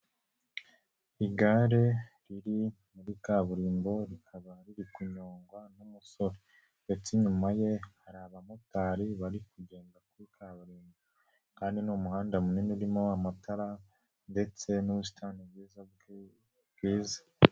Igare riri muri kaburimbo rikaba riri kunyongwa n'umusore ndetse inyuma ye hari abamotari bari kugenda muri kaburimbo kandi ni umuhanda munini urimo amatara ndetse n'ubusitani bwiza.